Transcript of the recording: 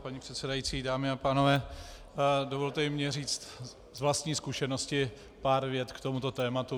Paní předsedající, dámy a pánové, dovolte i mně říct z vlastní zkušenosti pár vět k tomuto tématu.